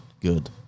good